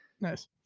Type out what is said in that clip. nice